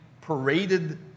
paraded